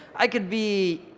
i could be